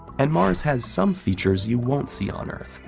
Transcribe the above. and mars has some features you won't see on earth,